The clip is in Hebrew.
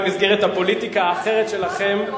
במסגרת הפוליטיקה האחרת שלכם,